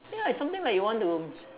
ya it's something like you want to